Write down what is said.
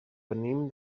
venim